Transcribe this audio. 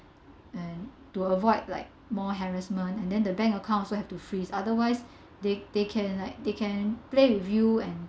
and to avoid like more harassment and then the bank account also have to freeze otherwise they they can like they can play with you and